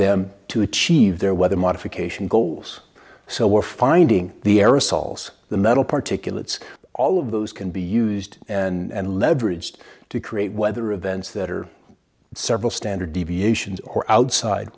them to achieve their weather modification goals so we're finding the aerosols the metal particulates all of those can be used and leveraged to create weather events that are several standard deviations or outside